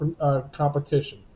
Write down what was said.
competition